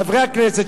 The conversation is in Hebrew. חברי הכנסת,